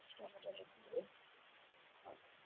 टमाटरहरू नि है हजुर